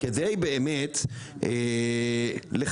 כדי באמת לחנך,